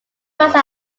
months